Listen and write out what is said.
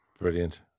Brilliant